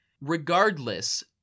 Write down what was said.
Regardless